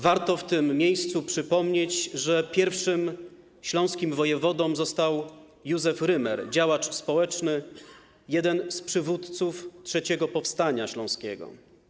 Warto w tym miejscu przypomnieć, że pierwszym śląskim wojewodą został Józef Rymer, działacz społeczny, jeden z przywódców III powstania śląskiego.